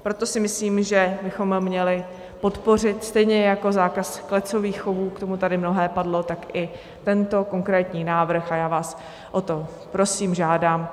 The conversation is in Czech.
Proto si myslím, že bychom měli podpořit stejně jako zákaz klecových chovů, k tomu tady mnohé padlo i tento konkrétní návrh, a já vás o to prosím, žádám.